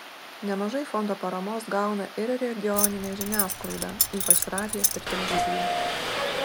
nemažai fondo paramos gauna ir regioninė žiniasklaida ypač radijas ir televizija